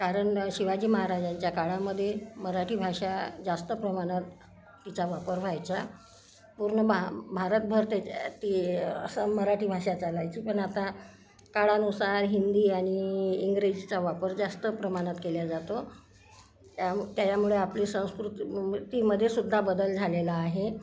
कारण शिवाजी महाराजांच्या काळामध्ये मराठी भाषा जास्त प्रमाणात तिचा वापर व्हायचा पूर्ण भा भारतभर त्याचे ते असं मराठी भाषा चालायची पण आता काळानुसार हिंदी आणि इंग्रजीचा वापर जास्त प्रमाणात केला जातो त्यामुळं त्याच्यामुळे आपली संस्कृती तीमध्ये सुद्धा बदल झालेला आहे